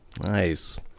nice